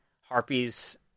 Harpies